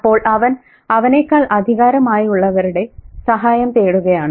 അപ്പോൾ അവൻ അവനെക്കാൾ അധികാരമായുള്ളവരുടെ സഹായം തേടുകയാണ്